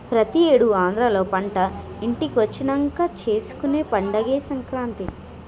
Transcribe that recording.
ప్రతి ఏడు ఆంధ్రాలో పంట ఇంటికొచ్చినంక చేసుకునే పండగే సంక్రాంతి